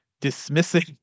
dismissing